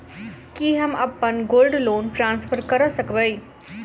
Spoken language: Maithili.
की हम अप्पन गोल्ड लोन ट्रान्सफर करऽ सकबै?